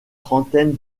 trentaine